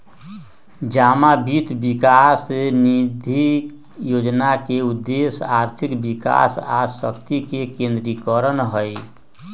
जमा वित्त विकास निधि जोजना के उद्देश्य आर्थिक विकास आ शक्ति के विकेंद्रीकरण हइ